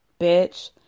Bitch